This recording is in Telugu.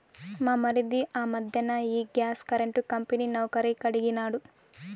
మా మరిది ఆ మధ్దెన ఈ గ్యాస్ కరెంటు కంపెనీ నౌకరీ కడిగినాడు